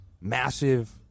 massive